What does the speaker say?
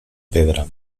pedra